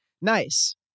nice